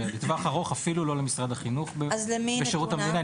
לטווח ארוך אפילו לא למשרד החינוך בשירות המדינה,